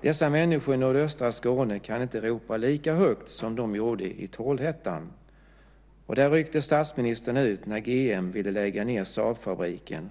Dessa människor i nordöstra Skåne kan inte ropa lika högt som de gjorde i Trollhättan. Där ryckte statsministern ut när GM ville lägga ned Saabfabriken.